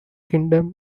kingdom